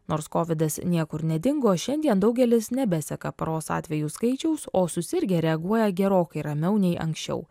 nors kovidas niekur nedingo šiandien daugelis nebeseka paros atvejų skaičiaus o susirgę reaguoja gerokai ramiau nei anksčiau